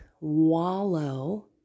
wallow